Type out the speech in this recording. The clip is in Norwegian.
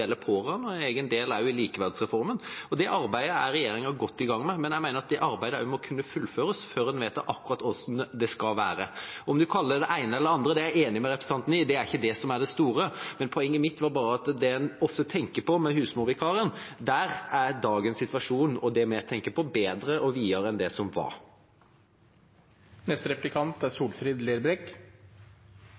en egen del om det i likeverdsreformen. Det arbeidet er regjeringa godt i gang med, men det arbeidet må fullføres før en vet akkurat hvordan det skal være. Om en kaller det det ene eller det andre, er ikke det store – det er jeg enig med representanten Lundteigen i – men poenget mitt var bare at når det gjelder det en ofte tenker på med begrepet «husmorvikar», er dagens situasjon og det vi tenker på, bedre og videre enn det som var. Tilfeldigvis akkurat i dag er